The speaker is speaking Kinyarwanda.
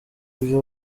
ibyo